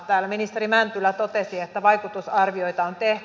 täällä ministeri mäntylä totesi että vaikutusarvioita on tehty